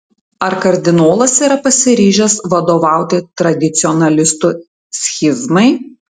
ar kardinolas yra pasiryžęs vadovauti tradicionalistų schizmai